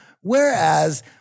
Whereas